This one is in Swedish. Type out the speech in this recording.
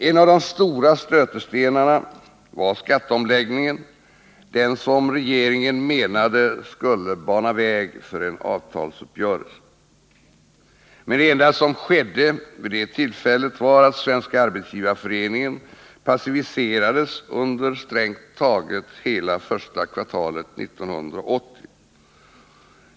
En av de stora stötestenarna var skatteomläggningen — den som regeringen menade skulle bana väg för en avtalsuppgörelse. Men det enda som skedde vid det tillfället vara att Svenska arbetsgivareföreningen passiviserades under strängt taget hela första kvartalet 1980.